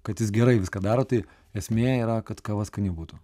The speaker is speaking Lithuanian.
kad jis gerai viską daro tai esmė yra kad kava skani būtų